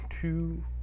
two